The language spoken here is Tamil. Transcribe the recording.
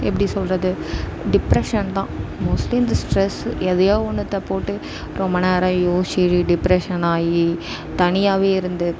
எப்படி சொல்கிறது டிப்ரஷன் தான் மோஸ்ட்லி இந்த ஸ்ட்ரெஸ்ஸு எதையோ ஒன்னுத்த போட்டு ரொம்ப நேரம் யோசிச்சு டிப்ரஷன் ஆகி தனியாகவே இருந்து